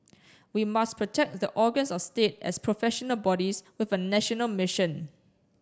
we must protect the organs of state as professional bodies with a national mission